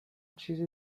چیز